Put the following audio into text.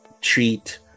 treat